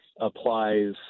applies